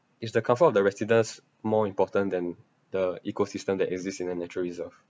is the comfort of the residents more important than the ecosystem that exists in the nature reserve